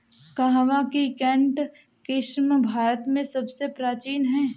कहवा की केंट किस्म भारत में सबसे प्राचीन है